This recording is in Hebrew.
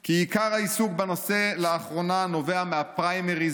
כי עיקר העיסוק בנושא לאחרונה נובע מהפריימריז